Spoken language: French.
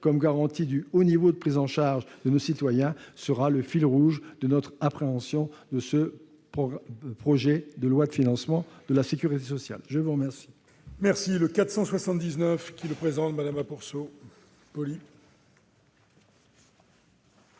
sociale, garantie du haut niveau de prise en charge de nos concitoyens, sera le fil rouge de notre appréhension de ce projet de loi de financement de la sécurité sociale pour 2019.